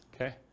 Okay